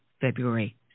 February